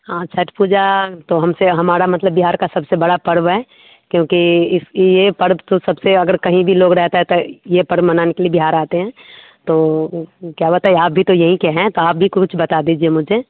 हाँ छठ पूजा तो हमसे हमारा मतलब बिहार का सबसे बड़ा पर्व है क्योंकि इस यह पर्व तो सबसे अगर कहीं भी लोग रहता है तो ये परमानेंटली बिहार आते हैं तो क्या बातएँ आप भी तो यहीं के हैं तो आप भी कुछ बता दीजिए मुझे